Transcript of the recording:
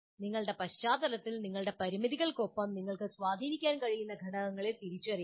നിങ്ങളുടെ പശ്ചാത്തലത്തിൽ നിങ്ങളുടെ പരിമിതികൾക്കൊപ്പം നിങ്ങൾക്ക് സ്വാധീനിക്കാൻ കഴിയുന്ന ഘടകങ്ങൾ തിരിച്ചറിയുക